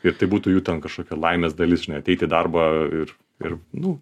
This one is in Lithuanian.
ir tai būtų jų ten kažkokia laimės dalis žinai ateiti į darbą ir ir nu